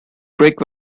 greg